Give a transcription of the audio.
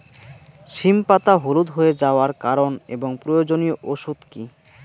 সিম পাতা হলুদ হয়ে যাওয়ার কারণ এবং প্রয়োজনীয় ওষুধ কি?